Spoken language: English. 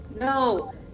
No